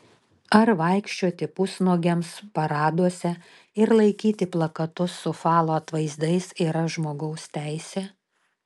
ar vaikščioti pusnuogiams paraduose ir laikyti plakatus su falo atvaizdais yra žmogaus teisė